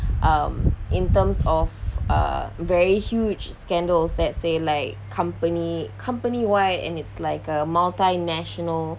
um in terms of uh very huge scandals that say like company company-wide and it's like a multi-national